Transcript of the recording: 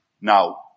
Now